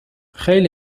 خیلی